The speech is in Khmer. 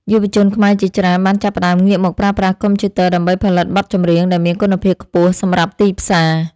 យុវជនខ្មែរជាច្រើនបានចាប់ផ្ដើមងាកមកប្រើប្រាស់កុំព្យូទ័រដើម្បីផលិតបទចម្រៀងដែលមានគុណភាពខ្ពស់សម្រាប់ទីផ្សារ។